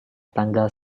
tanggal